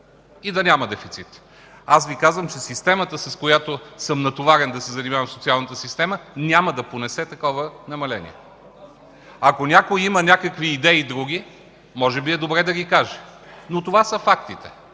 и да няма дефицит. Аз Ви казвам, че системата, с която съм натоварен да се занимавам – социалната система, няма да понесе такова намаление. Ако някой има някакви други идеи, може би е добре да ги каже. Но това са фактите.